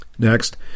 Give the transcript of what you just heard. Next